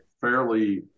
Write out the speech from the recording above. fairly